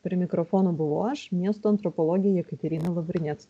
prie mikrofono buvau aš miesto antropologė jekaterina lavrinec